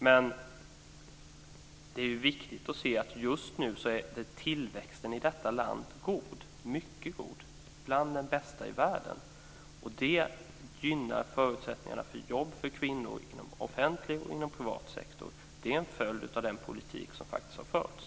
Men det är viktigt att se att tillväxten i detta land är mycket god, bland de bästa i världen. Det gynnar förutsättningarna för kvinnor inom offentlig och privat sektor. Det är en följd av den politik som faktiskt har förts.